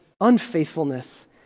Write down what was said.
unfaithfulness